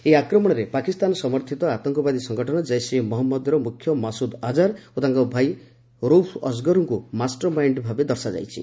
ଏହି ଆକ୍ରମଣରେ ପାକିସ୍ତାନ ସମର୍ଥିତ ଆତଙ୍କବାଦୀ ସଂଗଠନ ଜୈସ୍ ଇ ମହଞ୍ଚଦର ମୁଖ୍ୟ ମାସୁଦ୍ ଆଝାର ଓ ତାଙ୍କ ଭାଇ ରୌଫ୍ ଅସଗରଙ୍କୁ ମାଷ୍ଟର ମାଇଣ୍ଡ ଭାବେ ଦର୍ଶାଯାଇଛି